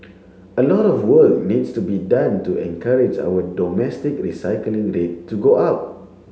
a lot of work needs to be done to encourage our domestic recycling rate to go up